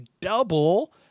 double